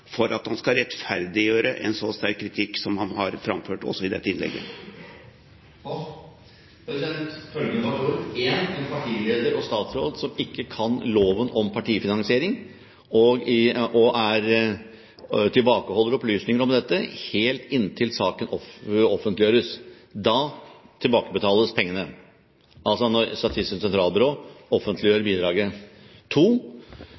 for at han skal rettferdiggjøre en så sterk kritikk som han har framført også i dette innlegget. Følgende faktorer – for det første: en partileder og statsråd som ikke kan loven om partifinansiering, og tilbakeholder opplysninger om dette helt inntil saken offentliggjøres. Da tilbakebetales pengene, altså når Statistisk sentralbyrå offentliggjør